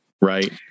right